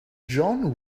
john